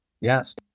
Yes